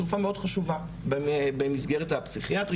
היא תרופה מאוד חשובה במסגרת הפסיכיאטרי.